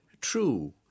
true